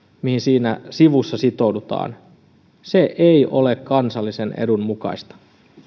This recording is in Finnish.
mihin siinä sivussa sitoudutaan ei ole kansallisen edun mukaista